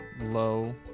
low